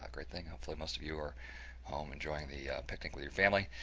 ah great thing, hope like most of you are home, enjoying the picnic with your family.